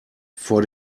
vor